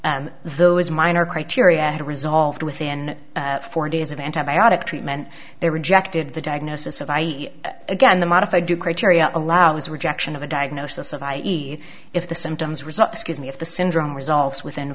and those minor criteria had resolved within four days of antibiotic treatment they rejected the diagnosis of i e again the modified two criteria allows rejection of a diagnosis of i e if the symptoms result excuse me if the syndrome resolves within